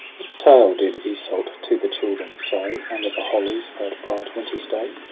what tale did iseult to the children say, under the hollies, that bright winter's day?